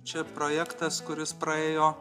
čia projektas kuris praėjo